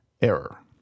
error